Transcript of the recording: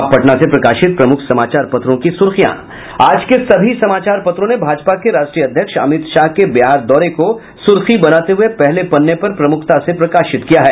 अब पटना से प्रकाशित प्रमुख समाचार पत्रों की सुर्खियां आज के सभी समाचार पत्रों ने भाजपा के राष्ट्रीय अध्यक्ष अमित शाह के बिहार दौरे को सुर्खी बनाते हुए पहले पन्ने पर प्रमुखता से प्रकाशित किया है